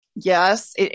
Yes